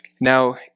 Now